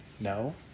No